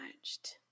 watched